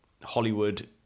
Hollywood